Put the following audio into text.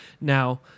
Now